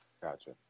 Gotcha